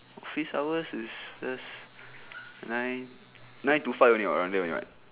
office hours is just nine nine to five only [what] around there only [what]